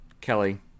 kelly